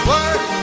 Work